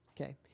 Okay